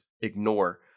ignore